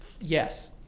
Yes